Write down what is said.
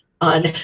on